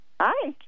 Hi